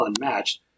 unmatched